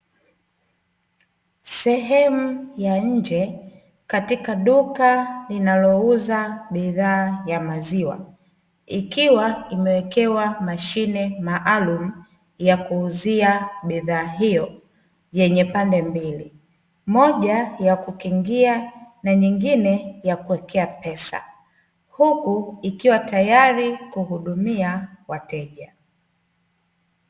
Sehemu ya nje katika duka linalouza bidhaa ya maziwa, ikiwa imewekewa mashine maalumu ya kuuzia bidhaa hiyo yenye pande mbili, moja ya kukingia na nyingine ya kuwekea pesa. Huku ikiwa tayari kuhudumia wateja.